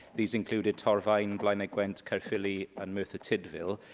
these included torfaen, blaenau gwent, caerphilly and merthyr tydfil.